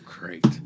great